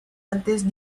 antes